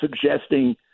suggesting